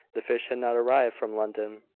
the fish had not arrived from london.